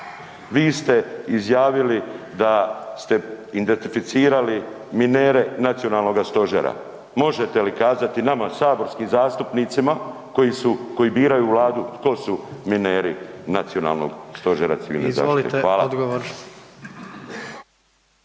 vi ste izjavili da ste identificirali minere Nacionalnoga stožera. Možete li kazati nama, saborskim zastupnicima, koji su, koji biraju Vladu, tko su mineri Nacionalnog stožera civilne zaštite? Hvala.